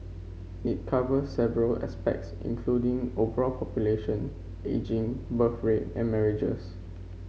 it covers several aspects including overall population ageing birth rate and marriages